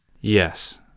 Yes